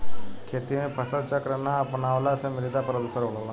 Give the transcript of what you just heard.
खेती में फसल चक्र ना अपनवला से मृदा प्रदुषण होला